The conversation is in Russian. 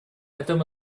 этом